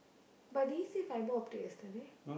but did he say fibre optic yesterday